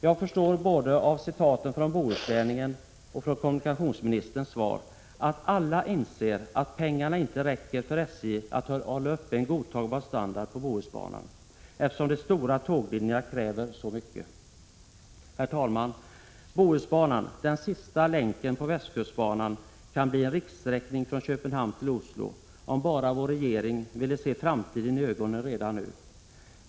Jag förstår både av citaten från Bohusläningen och av kommunikationsministerns svar att alla inser att pengarna inte räcker för SJ att hålla uppe en godtagbar standard på Bohusbanan, eftersom de stora tåglinjerna kräver så mycket. Herr talman! Bohusbanan, den sista länken på västkustbanan, kan bli en rikssträckning från Köpenhamn till Oslo — om bara vår regering vill se framtiden i ögonen redan nu.